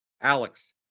Alex